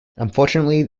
unfortunately